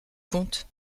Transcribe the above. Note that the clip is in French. compte